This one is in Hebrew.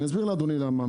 אני אסביר לאדוני למה.